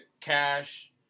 Cash